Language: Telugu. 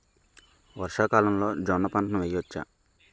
వర్షాకాలంలో జోన్న పంటను వేయవచ్చా?